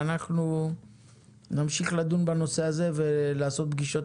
ואנחנו נמשיך לדון בנושא הזה ולעשות פגישות